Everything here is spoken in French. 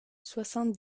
soixante